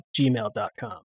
gmail.com